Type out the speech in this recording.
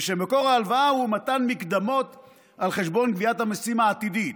ושמקור ההלוואה הוא מתן מקדמות על חשבון גביית המיסים העתידית.